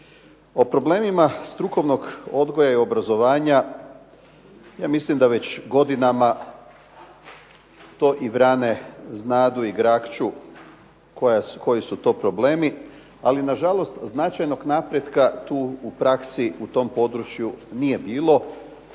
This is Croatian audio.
O problemima strukovnog odgoja i obrazovanja ja mislim da već godinama to i vrane znadu i grakću koji su to problemi, ali nažalost značajnog napretka tu u praksi u tom području nije bilo